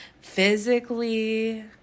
physically